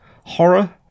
horror